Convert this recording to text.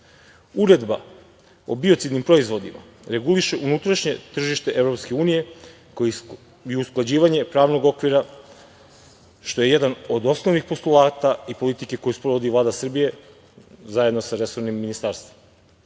zakona. Uredba o biocidnim proizvodima reguliše unutrašnje tržište Evropske unije i usklađivanje pravnog okvira, što je jedan od osnovnih postulata i politike koju sprovodi Vlada Srbije, zajedno sa resornim ministarstvom,